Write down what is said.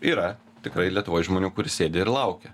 yra tikrai lietuvoj žmonių kur sėdi ir laukia